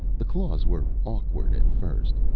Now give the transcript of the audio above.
the claws were awkward, at first.